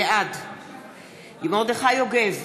בעד מרדכי יוגב,